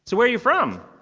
so where you from?